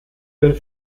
den